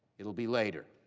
it will be later.